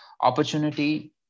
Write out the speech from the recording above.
Opportunity